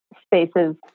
spaces